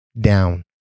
down